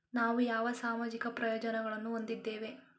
ನಾವು ಯಾವ ಸಾಮಾಜಿಕ ಪ್ರಯೋಜನಗಳನ್ನು ಹೊಂದಿದ್ದೇವೆ?